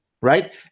right